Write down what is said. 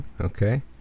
Okay